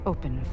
Open